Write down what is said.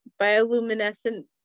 bioluminescent